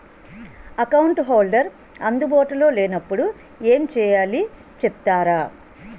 Account holder అందు బాటులో లే నప్పుడు ఎం చేయాలి చెప్తారా?